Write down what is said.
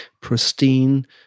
pristine